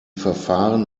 verfahren